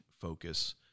focus